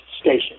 station